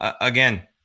again